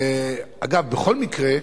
אגב, בכל מקרה,